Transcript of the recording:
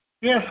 yes